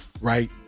right